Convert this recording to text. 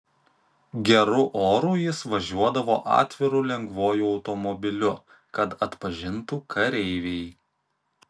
geru oru jis važiuodavo atviru lengvuoju automobiliu kad atpažintų kareiviai